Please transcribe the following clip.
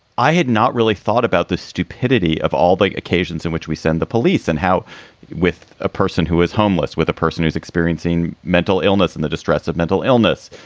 i had not really thought about the stupidity of all the occasions in which we send the police and how with a person who is homeless, with a person who's experiencing mental illness and the distress of mental illness,